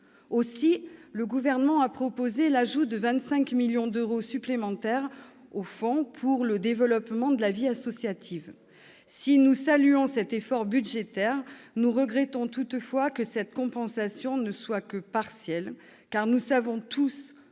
Le Gouvernement a proposé l'ajout de 25 millions d'euros supplémentaires au Fonds pour le développement de la vie associative. Si nous saluons cet effort budgétaire, nous regrettons toutefois que cette compensation ne soit que partielle, car nous savons tous